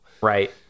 Right